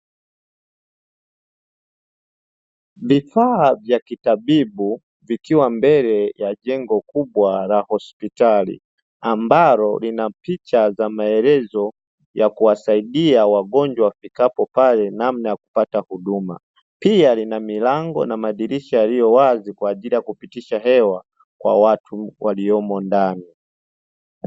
Vifaa vya kitabibu vikiwa mbele ya jengo kubwa la hospitali, ambalo lina picha za maelezo ya kuwasaidia wagonjwa wafikapo pale namna ya kupata huduma, pia lina milango na madirisha yaliyo wazi kwa ajili ya kupitisha hewa kwa watu waliomo ndani.